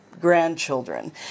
grandchildren